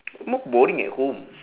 more boring at home